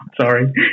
Sorry